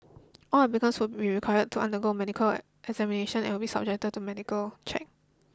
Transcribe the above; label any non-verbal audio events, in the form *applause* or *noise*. all applicants will be required to undergo a medical *unintelligible* examination and will be subject to medical check